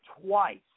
twice